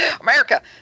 America